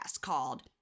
called